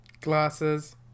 Glasses